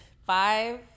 Five